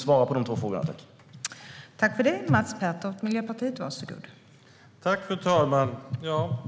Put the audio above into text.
Svara på de två frågorna, tack!